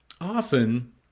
often